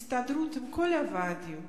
ההסתדרות עם כל הוועדים.